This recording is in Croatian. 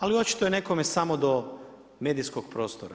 Ali očito je nekome samo do medijskog prostora.